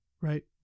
Right